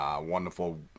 wonderful